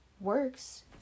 works